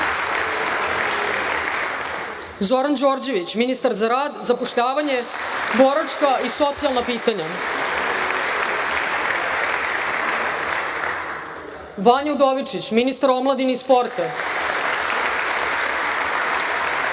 Zoran Đorđević, ministar za rad, zapošljavanje, boračka i socijalna pitanja, Vanja Udovičić, ministar omladine i sporta,